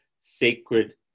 sacred